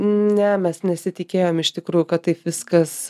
ne mes nesitikėjom iš tikrųjų kad taip viskas